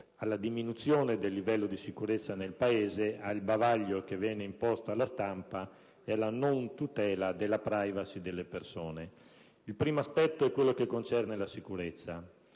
la diminuzione del livello di sicurezza nel Paese, il bavaglio che viene imposto alla stampa e la non tutela della *privacy* delle persone. Il primo aspetto è quello che concerne la sicurezza.